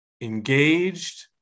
engaged